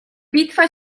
bitwa